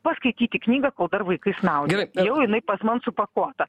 paskaityti knygą kol dar vaikai snaudžia jau jinai pas man supakuota